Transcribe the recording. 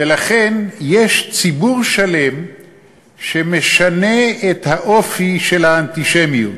ולכן יש ציבור שלם שמשנה את האופי של האנטישמיות,